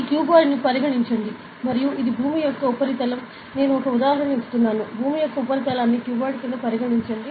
ఈ క్యూబాయిడ్ను పరిగణించండి మరియు ఇది భూమి యొక్క ఉపరితలం నేను ఒక ఉదాహరణ ఇస్తున్నాను భూమి యొక్క ఉపరితలాన్ని క్యూబాయిడ్ కింద పరిగణించండి